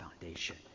foundation